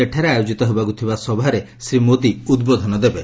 ସେଠାରେ ଆୟୋଜିତ ହେବାକୁ ଥିବା ସଭାରେ ଶ୍ରୀ ମୋଦି ଉଦ୍ବୋଧନ ଦେବେ